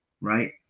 right